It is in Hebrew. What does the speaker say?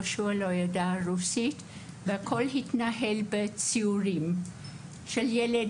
יהושע לא ידע רוסית והכול התנהל בציורים של ילד,